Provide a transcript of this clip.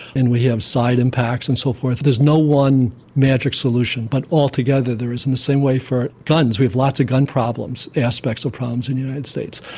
we have side impacts and so forth, there's no one magic solution, but altogether there is, in the same way for guns, we have lots of gun problems, aspects of problems in the united states.